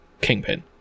Kingpin